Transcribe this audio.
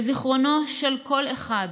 בזיכרונו של כל אחד